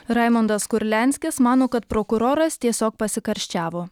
raimondas kurlianskis mano kad prokuroras tiesiog pasikarščiavo